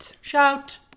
Shout